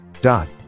dot